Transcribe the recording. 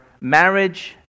marriage